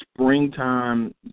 springtime